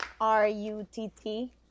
R-U-T-T